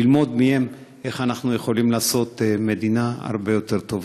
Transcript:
ללמוד מהם איך אנחנו יכולים לעשות מדינה הרבה יותר טובה.